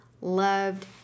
loved